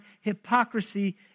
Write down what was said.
hypocrisy